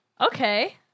Okay